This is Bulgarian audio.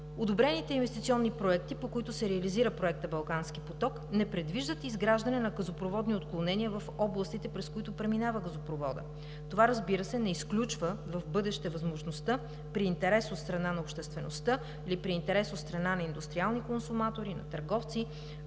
Одобрените инвестиционни проекти, по които се реализира проектът Балкански поток, не предвиждат изграждане на газопроводни отклонения в областите, през които преминава газопроводът. Това, разбира се, не изключва в бъдеще възможността при интерес от страна на обществеността или при интерес от страна на индустриални консуматори, на търговци